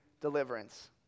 deliverance